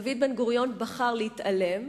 דוד בן-גוריון בחר להתעלם